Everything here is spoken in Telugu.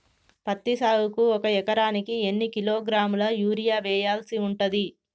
పత్తి సాగుకు ఒక ఎకరానికి ఎన్ని కిలోగ్రాముల యూరియా వెయ్యాల్సి ఉంటది?